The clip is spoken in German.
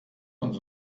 uns